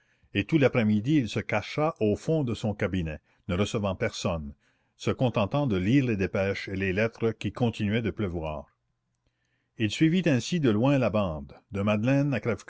et tout l'après-midi il se cacha au fond de son cabinet ne recevant personne se contentant de lire les dépêches et les lettres qui continuaient de pleuvoir il suivit ainsi de loin la bande de madeleine